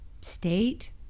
state